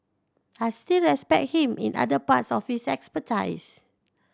I still respect him in other parts of his expertise